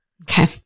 Okay